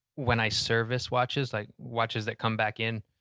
when i service watches like watches that come back in.